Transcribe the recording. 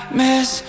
miss